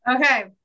Okay